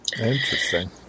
Interesting